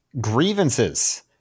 Grievances